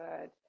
good